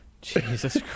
Jesus